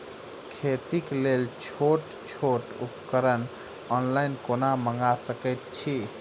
खेतीक लेल छोट छोट उपकरण ऑनलाइन कोना मंगा सकैत छी?